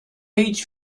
هیچ